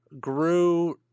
grew